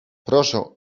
proszę